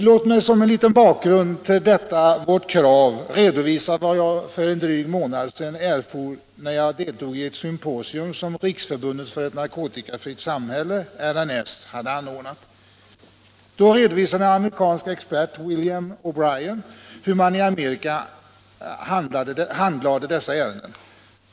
Låt mig som en liten bakgrund till detta vårt krav redovisa vad jag för en dryg månad sedan erfor när jag deltog i ett symposium som Riksförbundet för ett narkotikafritt samhälle, RNS, hade anordnat. Då redovisade en amerikansk expert, William O'Brian, hur man i Amerika handlade dessa ärenden.